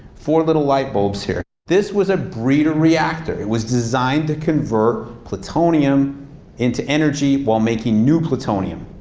four little light bulbs here. this was a breeder reactor. it was designed to convert plutonium into energy while making new plutonium.